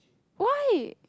why